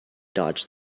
dodged